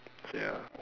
ya